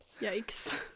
Yikes